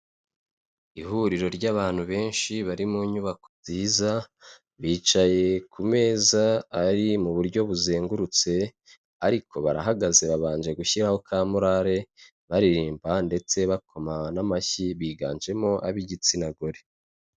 Ihuriro ry'abantu benshi bari mu nyubako nziza bicaye ku meza ari mu buryo buzengurutse ariko barahagaze babanje gushyiraho ka murare baririmba ndetse bakoma n'amashyi biganjemo ab'igitsina gore.